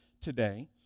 today